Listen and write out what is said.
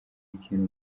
ikintu